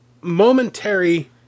momentary